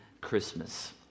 Christmas